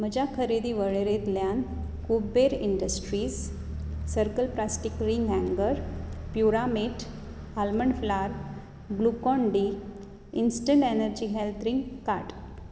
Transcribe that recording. म्हज्या खरेदी वळेरेंतल्यान Kuber industries circle plastic ring हँगर प्युरामेट आलमंड फ्लार आनी Glucon D instant energy health drink काड